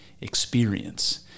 experience